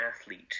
athlete